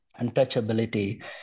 untouchability